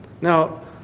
Now